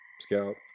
Scout